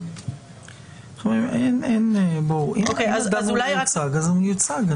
אם הוא מיוצג, הוא מיוצג.